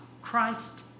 Christ